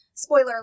Spoiler